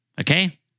Okay